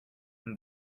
and